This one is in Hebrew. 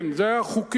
כן, זה היה חוקי.